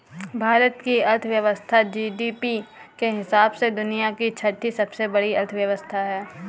भारत की अर्थव्यवस्था जी.डी.पी के हिसाब से दुनिया की छठी सबसे बड़ी अर्थव्यवस्था है